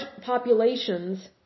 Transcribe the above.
populations